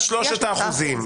שלושת האחוזים.